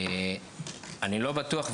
אני לא בטוח,